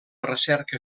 recerca